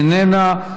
איננה,